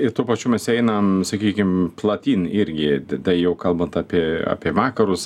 ir tuo pačiu mes einam sakykim platyn irgi tai jau kalbant apie apie vakarus